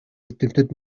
эрдэмтэд